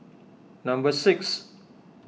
number six